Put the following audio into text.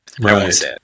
Right